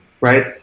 right